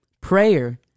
prayer